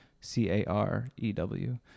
C-A-R-E-W